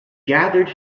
gathered